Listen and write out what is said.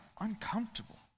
uncomfortable